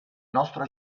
nostro